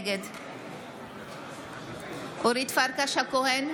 נגד אורית פרקש הכהן,